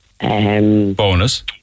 bonus